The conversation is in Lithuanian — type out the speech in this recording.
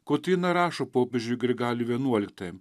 kotryna rašo popiežiui grigaliui vienuoliktajam